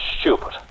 stupid